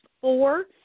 four